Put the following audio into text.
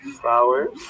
flowers